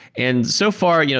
and so far, you know